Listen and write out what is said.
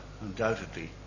undoubtedly